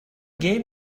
game